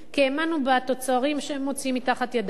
כי האמנו בתוצרים שהם מוציאים מתחת ידם.